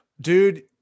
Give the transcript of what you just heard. dude